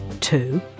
two